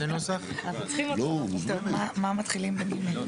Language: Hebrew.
הפסקה שנייה, אנחנו מתארגנים פה.